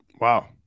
Wow